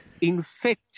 infect